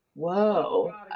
whoa